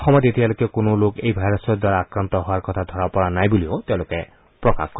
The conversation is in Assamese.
অসমত এতিয়ালৈকে কোনো লোক এই ভাইৰাছৰ দ্বাৰা আক্ৰান্ত হোৱাৰ কথা ধৰা পৰা নাই বুলিও তেওঁলোকে প্ৰকাশ কৰে